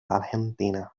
argentina